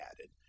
added